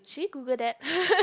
should we Google that